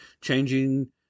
Changing